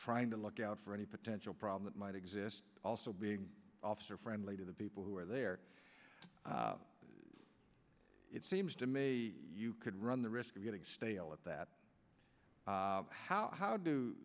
trying to look out for any potential problem that might exist also being officer friendly to the people who are there it seems to me you could run the risk of getting stale at that how how do